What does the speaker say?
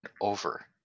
over